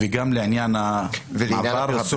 וגם לעניין הפרסום במעבר?